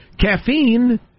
Caffeine